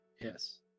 Yes